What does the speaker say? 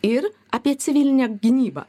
ir apie civilinę gynybą